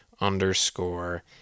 underscore